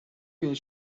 بینی